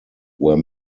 were